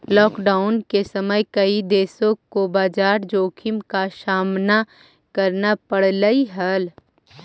lockdown के समय कई देशों को बाजार जोखिम का सामना करना पड़लई हल